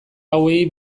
hauei